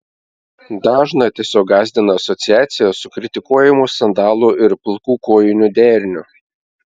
dažną tiesiog gąsdina asociacija su kritikuojamu sandalų ir pilkų kojinių deriniu